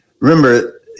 Remember